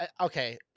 Okay